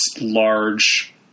large